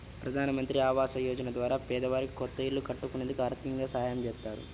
ప్రధానమంత్రి ఆవాస యోజన ద్వారా పేదవారికి కొత్త ఇల్లు కట్టుకునేందుకు ఆర్దికంగా సాయం చేత్తారు